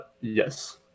yes